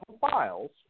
files